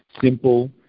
simple